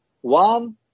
one